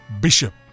Bishop